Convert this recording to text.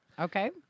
Okay